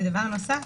דבר נוסף,